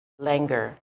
Langer